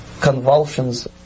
convulsions